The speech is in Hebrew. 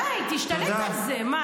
די, תשתלט על זה, מה, אתה לא יכול?